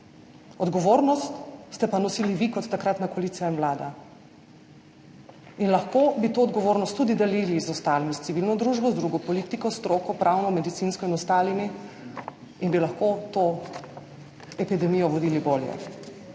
odgovornost ste pa nosili vi kot takratna koalicija in vlada in lahko bi to odgovornost tudi delili z ostalimi, s civilno družbo, z drugo politiko, stroko – pravno, medicinsko in ostalimi – in bi lahko to epidemijo vodili bolje.